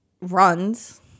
runs